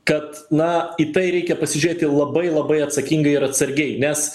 kad na į tai reikia pasižiūrėti labai labai atsakingai ir atsargiai nes